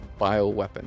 bioweapon